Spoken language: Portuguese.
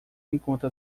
enquanto